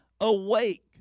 awake